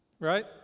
right